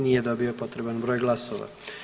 Nije dobio potreban broj glasova.